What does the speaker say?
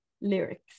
lyrics